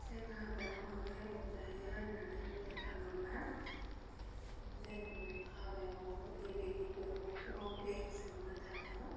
जों हाबायाव माबोरै रंजायो होन्नानै बुंनो थाङोब्ला जों हाबायाव गिबि गिबियावनो फुङाव दै खावनो थाङो